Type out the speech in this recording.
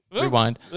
Rewind